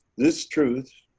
this truth,